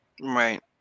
Right